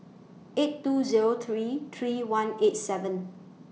eight two Zero three three one eight seven